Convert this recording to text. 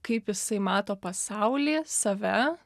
kaip jisai mato pasaulį save